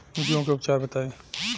जूं के उपचार बताई?